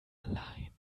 allein